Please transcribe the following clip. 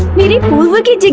we will get